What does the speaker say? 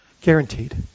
Guaranteed